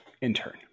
intern